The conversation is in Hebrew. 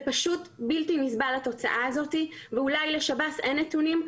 זה פשוט בלתי נסבל התוצאה הזאת ואולי לשב"ס אין נתונים.